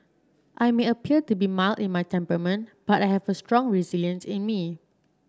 I may appear to be mild in my temperament but I have a strong resilience in me